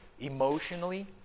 emotionally